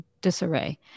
disarray